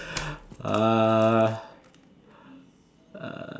uh